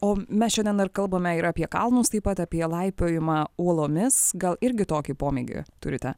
o mes šiandien dar kalbame ir apie kalnus taip pat apie laipiojimą uolomis gal irgi tokį pomėgį turite